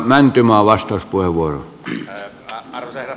arvoisa herra puhemies